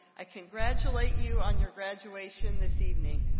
i congratulate you on your graduation this evening.